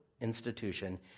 institution